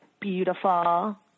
beautiful